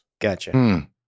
Gotcha